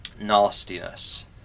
nastiness